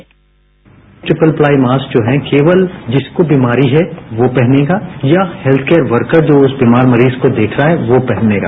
bite triple ply mask जो है केवल जिसको बीमारी है वो पहनेगा या हेत्थकेयर वर्कर जो उस बीमार मरीज को देख रहा है वो पहनेगा